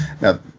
now